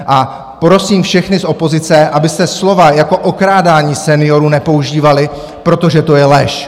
A prosím všechny z opozice, abyste slova jako okrádání seniorů nepoužívali, protože to je lež!